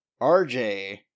RJ